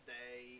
day